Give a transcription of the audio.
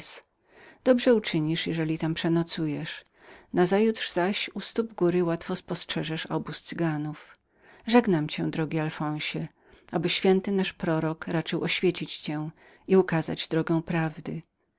dobrze uczynisz jeżeli tam przenocujesz nazajutrz zaś u stóp góry łatwo spostrzeżesz obóz cyganów żegnam cię drogi alfonsie oby święty nasz prorok raczył oświecić cię i ukazać drogę prawdy